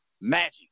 magic